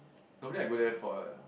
normally I go there for uh